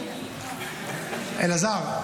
אלעזר.